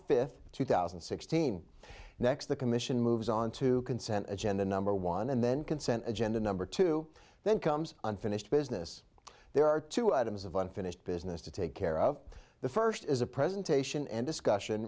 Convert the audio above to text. fifth two thousand and sixteen next the commission moves on to consent agenda number one and then consent agenda number two then comes unfinished business there are two items of unfinished business to take care of the first is a presentation and discussion